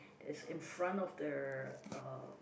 it is in front of the uh